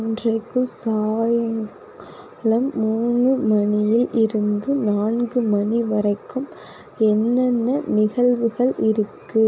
இன்றைக்கு சாயங் காலம் மூணு மணியில் இருந்து நான்கு மணி வரைக்கும் என்னென்ன நிகழ்வுகள் இருக்குது